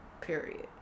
Period